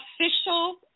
official